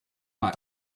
hot